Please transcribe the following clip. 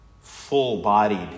full-bodied